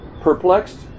perplexed